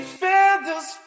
feathers